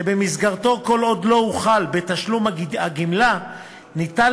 שבמסגרתו כל עוד לא הוחל בתשלום הגמלה אפשר